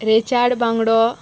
रेचाड बांगडो